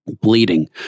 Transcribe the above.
bleeding